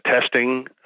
testing